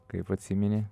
kaip atsimeni